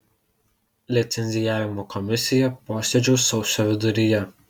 licencijavimo komisija posėdžiaus sausio viduryje